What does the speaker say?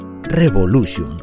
REVOLUTION